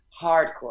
Hardcore